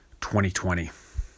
2020